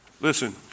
Listen